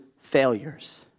failures